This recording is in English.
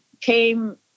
came